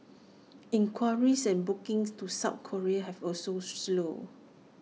inquiries and bookings to south Korea have also slowed